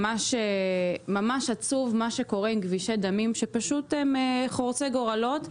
ממש עצוב מה שקורה עם כבישי דמים שפשוט הם חורצי גורלות,